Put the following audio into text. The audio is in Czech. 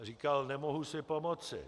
Říkal: Nemohu si pomoci.